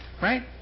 Right